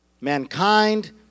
mankind